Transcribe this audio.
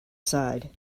side